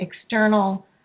external